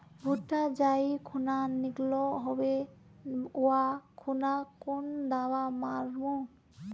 भुट्टा जाई खुना निकलो होबे वा खुना कुन दावा मार्मु?